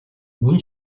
мөн